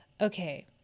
Okay